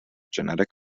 genetic